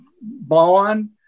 bond